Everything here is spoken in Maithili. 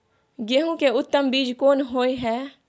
गेहूं के उत्तम बीज कोन होय है?